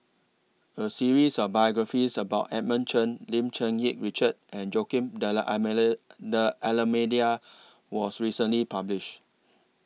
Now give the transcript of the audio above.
A series of biographies about Edmund Chen Lim Cherng Yih Richard and Joaquim D'almeida was recently published